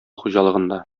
хуҗалыгында